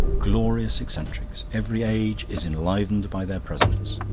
glorious eccentrics! every age is enlivened by their presence.